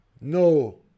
no